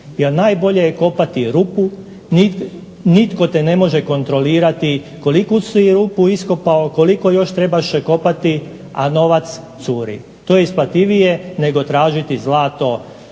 najbolje je kopati rupu, nitko te ne može kontrolirati koliku si rupu iskopao, koliko još trebaš je kopati, a novac curi. To je isplativije, nego tražiti zlato